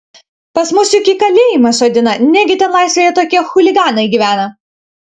pas mus juk į kalėjimą sodina negi ten laisvėje tokie chuliganai gyvena